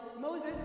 Moses